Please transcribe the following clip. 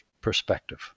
perspective